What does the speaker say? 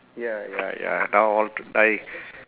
ya ya ya now all dying